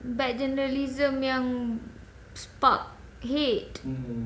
but journalism yang spark head